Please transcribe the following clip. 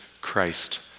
Christ